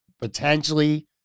potentially